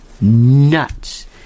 nuts